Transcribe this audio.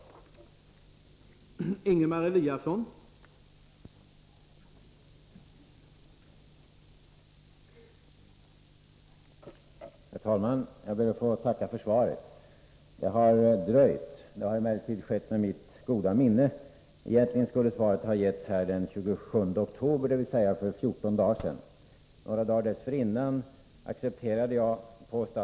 Torsdagen den